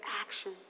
action